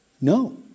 No